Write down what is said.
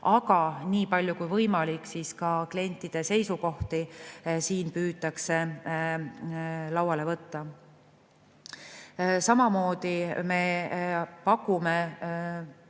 aga nii palju kui võimalik, püütakse klientide seisukohti siin lauale võtta. Samamoodi me pakume